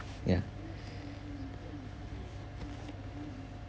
ya